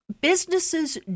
businesses